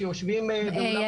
שיושבים באולם הוועידה.